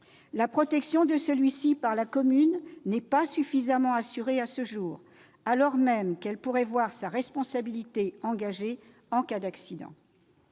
sa protection par la commune n'est pas suffisamment assurée à ce jour, alors même que cette dernière pourrait voir sa responsabilité engagée en cas d'accident.